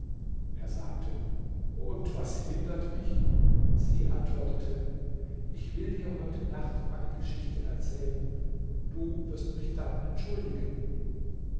er sagte und was hindert mich sie antwortete ich will dir heute nacht meine geschichte erzählen du wirst mich dann entschuldigen